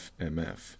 FMF